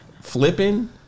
flipping